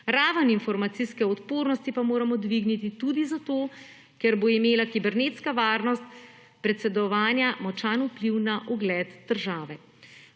Raven informacijske odpornosti pa moramo dvigniti tudi zato, ker bo imela kibernetska varnost predsedovanja močan vpliv na ugled države.